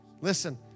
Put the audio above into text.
Listen